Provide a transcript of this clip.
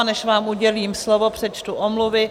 A než vám udělím slovo, přečtu omluvy.